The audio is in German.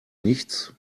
nichts